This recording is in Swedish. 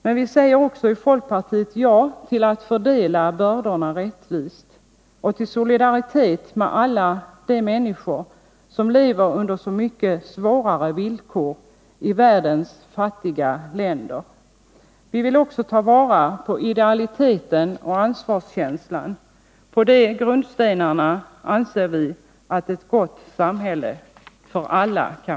Men vi säger också i folkpartiet ja till att fördela bördorna rättvist och till solidaritet med alla de människor som lever under så mycket svårare villkor i världens fattiga länder. Vi vill också ta vara på idealiteten och ansvarsk byggas. änslan. På de grundstenarna anser vi att ett gott samhälle för alla kan